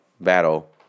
battle